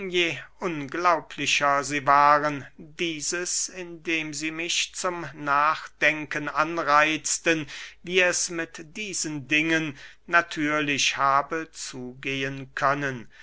je unglaublicher sie waren dieses indem sie mich zum nachdenken anreitzten wie es mit diesen dingen natürlich habe zugehen können